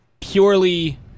purely